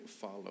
follow